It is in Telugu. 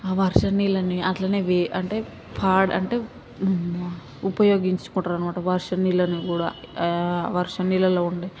ఆ వర్షం నీళ్ళని అట్లనే వే అంటే పాడ్ అంటే ఉపయోగించుకుంటారు అనమాట వర్షం నీళ్ళని కూడా వర్షం నీళ్ళలో ఉండే